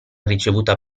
ricevuta